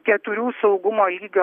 keturių saugumo lygio